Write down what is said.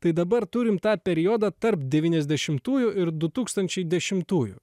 tai dabar turim tą periodą tarp devyniasdešimtųjų ir du tūkstančiai dešimtųjų